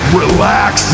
relax